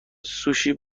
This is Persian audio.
سوشی